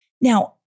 Now